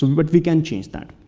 um but we can change that.